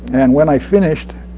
and when i finished,